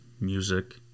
music